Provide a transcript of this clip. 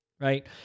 right